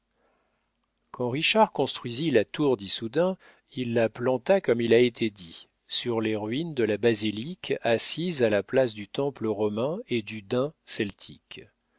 richard construisit la tour d'issoudun il la planta comme il a été dit sur les ruines de la basilique assise à la place du temple romain et du dun celtique